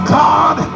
god